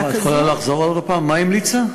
את יכולה לחזור עוד פעם, מה היא המליצה?